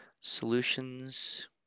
Solutions